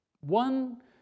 One